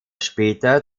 später